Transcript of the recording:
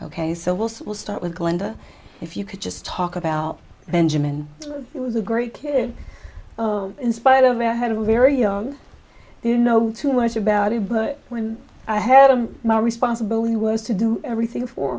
ok so we'll see we'll start with glenda if you could just talk about benjamin was a great kid in spite of i had a very young you know too much about him but when i had him my responsibility was to do everything for